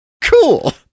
Cool